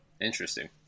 interesting